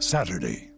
Saturday